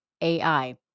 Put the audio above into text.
ai